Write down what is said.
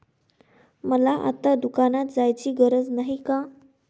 मला आता दुकानात जायची गरज नाही का?